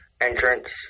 entrance